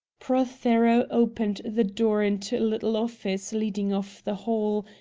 prothero opened the door into a little office leading off the hall,